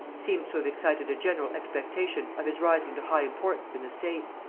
seems to have excited a general expectation of his rising to high importance in the state.